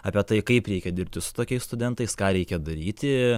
apie tai kaip reikia dirbti su tokiais studentais ką reikia daryti